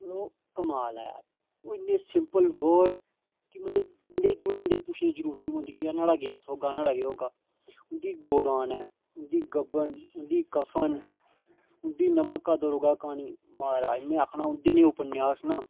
ओह् कमाल ऐ ओह् इन्ने सिपंल बर्ड कि मतलब बंदे गी दुए बंदे गी पुचछने दी जरुरत नेईं पौंदी कि न्हाड़ा केह अर्थ होगा नुआढ़ा केह् होगा जि'यां गोदान ऐ उं'दी गबन उं'दी कफन उं'दी नमक ते दरोगा क्हानी महाराज में आखना उं'दे जेह उपन्यास ना